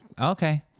okay